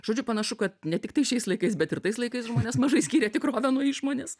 žodžiu panašu kad ne tiktai šiais laikais bet ir tais laikais žmonės mažai skyrė tikrovę nuo išmonės